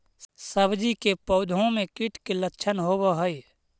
सब्जी के पौधो मे कीट के लच्छन होबहय?